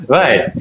right